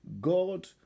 God